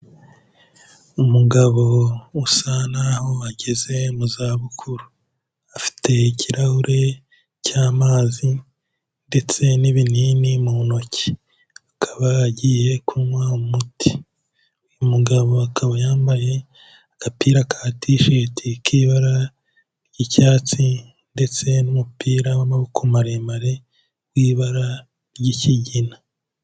Umugabo usa naho ageze mu zabukuru, afite ikirahure cy'amazi ndetse n'ibinini mu ntoki akaba agiye kunywa umuti, uyu mugabo akaba yambaye agapira ka tisheti k'ibara ry'icyatsi ndetse n'umupira w'amaboko maremare w'ibara ry'ikigina.